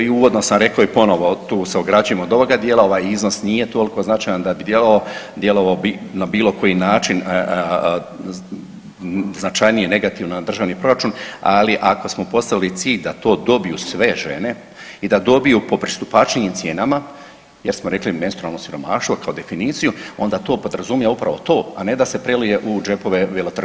I uvodno sam rekao i ponovo tu se ograđujem od ovoga dijela ovaj iznos nije toliko značajan da bi djelovao, djelovao bi na bilo koji način značajnije negativno na državni proračun, ali ako smo postavili cilj da to dobiju sve žene i da dobiju po pristupačnijim cijenama jer smo rekli menstrualno siromaštvo kao definiciju onda to podrazumijeva upravo to, a ne da se prelije u džepove veletrgovaca.